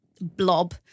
blob